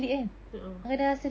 a'ah